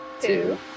Two